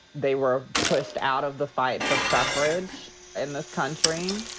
they were pushed out of the fight for suffrage in this country.